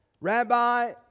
Rabbi